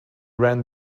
ran